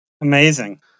Amazing